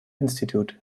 institute